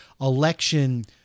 election